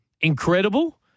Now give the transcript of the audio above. incredible